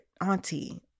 auntie